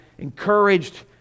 encouraged